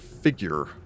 figure